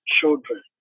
children